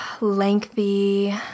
lengthy